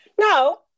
No